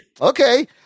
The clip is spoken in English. Okay